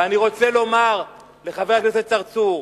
ואני רוצה לומר לחבר הכנסת צרצור,